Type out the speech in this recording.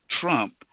Trump